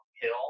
Hill